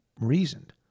reasoned